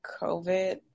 COVID